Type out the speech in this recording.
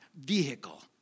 vehicle